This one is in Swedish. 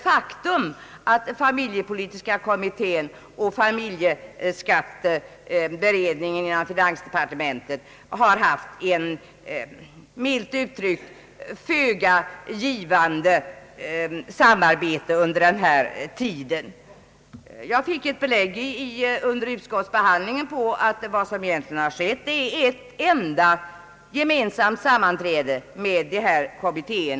Familjepolitiska kommittén och familjeskatteberedningen inom finansdepartementet har haft ett, milt uttryckt, föga givande samarbete. Under utskottsbehandlingen fick jag ett belägg på vad som egentligen har förekommit, nämligen ett enda gemensamt sammanträde med dessa kommittéer.